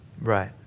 right